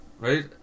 right